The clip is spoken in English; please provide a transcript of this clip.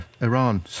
Iran